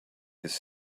his